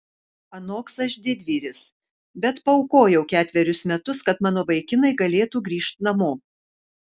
anoks aš didvyris bet paaukojau ketverius metus kad mano vaikinai galėtų grįžt namo